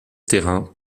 terrain